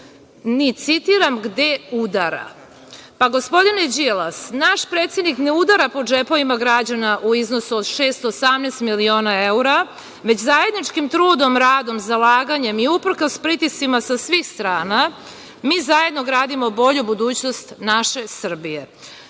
ni citiram „gde udara“. Pa, gospodine Đilas naš predsednik ne udara po džepovima građana u iznosu 618 miliona evra, već zajedničkim trudom, radom, zalaganjem i uprkos pritiscima sa svih strana mi zajedno gradimo bolju budućnost naše Srbije.